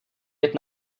jet